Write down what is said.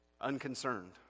unconcerned